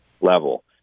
level